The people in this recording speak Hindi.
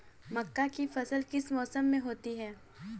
मक्का की फसल किस मौसम में होती है?